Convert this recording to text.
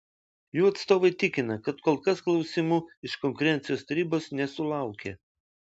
jų atstovai tikina kad kol kas klausimų iš konkurencijos tarybos nesulaukė